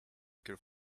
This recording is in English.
cure